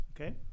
Okay